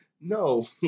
No